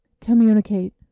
communicate